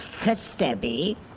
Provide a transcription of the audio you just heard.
Kastebi